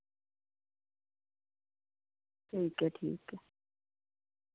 ठीक ऐ ठीक ऐ